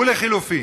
ולחלופין,